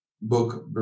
book